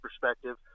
perspective